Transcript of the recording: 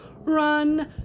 Run